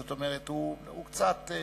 זאת אומרת, הוא קצת,